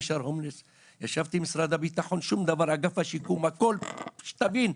ישבתי עם משרד הביטחון, אגף השיקום, שום דבר.